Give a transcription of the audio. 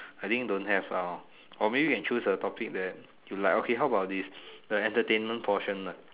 I think don't have ah or maybe can choose a topic where you like okay how about this the entertainment portion uh